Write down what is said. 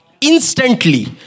instantly